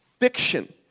Fiction